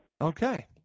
Okay